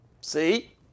See